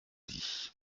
dit